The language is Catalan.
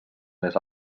més